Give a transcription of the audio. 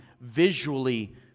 visually